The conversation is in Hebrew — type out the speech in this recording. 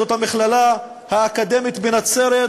זאת המכללה האקדמית בנצרת,